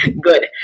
Good